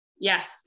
Yes